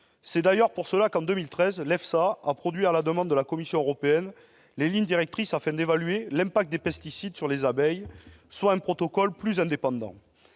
C'est d'ailleurs pour cette raison qu'en 2013 l'EFSA a produit, à la demande de la Commission européenne, des lignes directrices afin d'évaluer l'impact des pesticides sur les abeilles selon un protocole plus indépendant.